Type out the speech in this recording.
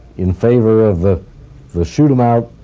in favor of the the shoot them out?